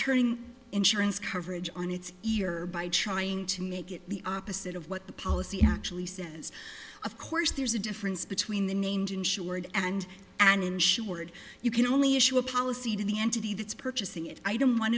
turning insurance coverage on its ear by trying to make it the opposite of what the policy actually says of course there's a difference between the named insured and an insured you can only issue a policy to the entity that's purchasing it item one